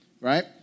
right